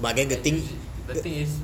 and usually the thing is